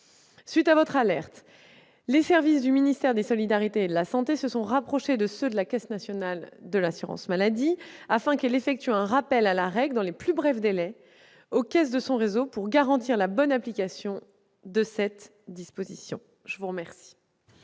suite de votre alerte, les services du ministère des solidarités et de la santé se sont rapprochés de ceux de la Caisse nationale de l'assurance maladie pour lui demander que cette dernière effectue un rappel à la règle dans les plus brefs délais aux caisses de son réseau pour garantir la bonne application de cette disposition. La parole